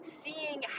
seeing